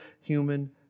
human